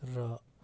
र